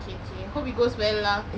okay okay I hope it goes well lah